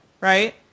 right